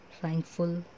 thankful